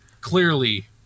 clearly